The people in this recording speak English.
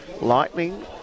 Lightning